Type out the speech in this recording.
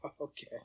Okay